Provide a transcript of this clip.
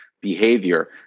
behavior